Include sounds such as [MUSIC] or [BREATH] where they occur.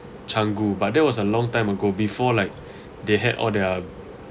canggu but that was a long time ago before like [BREATH] they had all their